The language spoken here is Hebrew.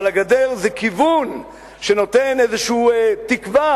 אבל הגדר זה כיוון שנותן איזו תקווה,